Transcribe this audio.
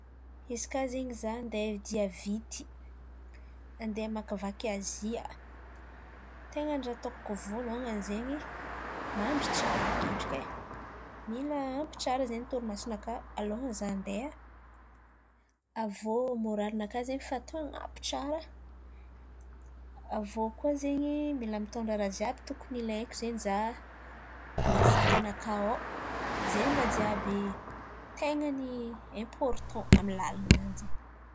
Izy kà zen̈y izaho andeha dia vity andeha hamakivaky Azia, ten̈a ny ràha ataoko vôlohan̈y zen̈y mandry tsàra akendriky e. Mila ampy tsara zen̈y torimasonakà alohan'izaho andeha, avy iô môraly nakà zen̈y efa atao an̈abo tsara. Avy iô koà zen̈y mila mitôndra ràha jiàby tokony ilaiko zen̈y izaho an̈aty sakanakà ao, zen̈y ràha jiàby ten̈a ny importon amin'ny làlan̈a an̈y zen̈y.